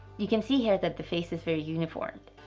you can see here that the face is very uniformed.